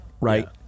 right